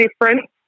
different